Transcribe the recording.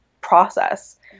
process